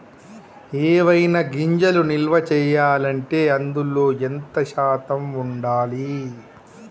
ఏవైనా గింజలు నిల్వ చేయాలంటే అందులో ఎంత శాతం ఉండాలి?